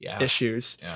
issues